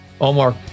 Omar